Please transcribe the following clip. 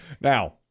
now